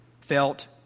felt